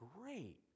great